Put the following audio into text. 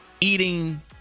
Eating